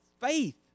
faith